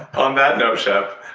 on that note shep,